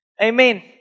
Amen